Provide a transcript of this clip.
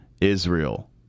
Israel